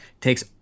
takes